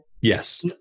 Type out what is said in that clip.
Yes